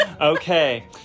Okay